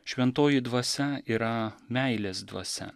šventoji dvasia yra meilės dvasia